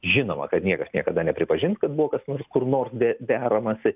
žinoma kad niekas niekada nepripažins kad buvo kas nors kur nors de deramasi